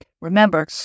Remember